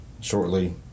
shortly